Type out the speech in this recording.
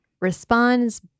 responds